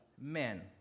men